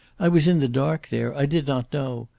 i was in the dark there. i did not know.